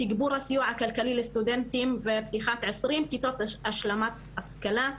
תגבור הסיוע הכלכלי לסטודנטים ופתיחת עשרים כיתות השלמת השכלה.